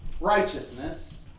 righteousness